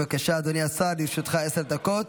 בבקשה, אדוני השר, לרשותך עשר דקות.